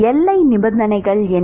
எல்லை நிபந்தனைகள் என்ன